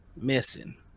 missing